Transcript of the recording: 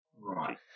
Right